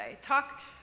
Talk